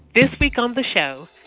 this week on the show,